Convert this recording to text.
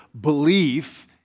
belief